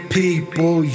people